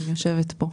אני יושבת כאן.